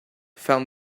found